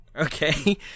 Okay